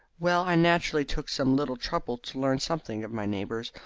well, i naturally took some little trouble to learn something of my neighbours.